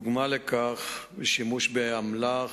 דוגמה לכך היא שימוש באמל"ח,